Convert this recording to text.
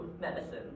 medicine